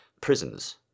prisons